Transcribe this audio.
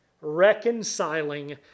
Reconciling